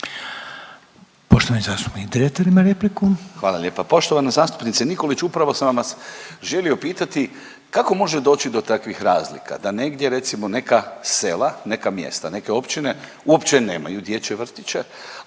Poštovani zastupnik Dretar ima repliku. **Dretar, Davor (DP)** Hvala lijepa. Poštovana zastupnice Nikolić, upravo sam vas želio pitati kako može doći do takvih razlika. Da negdje recimo neka sela, neka mjesta, neke općine, uopće nemaju dječje vrtiće,